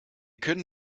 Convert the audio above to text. können